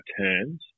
turns